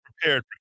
prepared